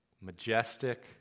majestic